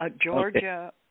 Georgia